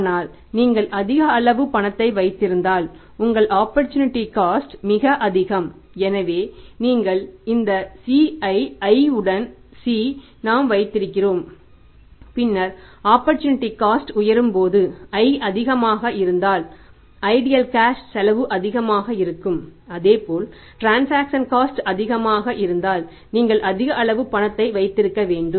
ஆனால் நீங்கள் அதிக அளவு பணத்தை வைத்திருந்தால் உங்கள் ஆப்பர்சூனிட்டி காஸ்ட் அதிகமாக இருந்தால் நீங்கள் அதிக அளவு பணத்தை வைத்திருக்க வேண்டும்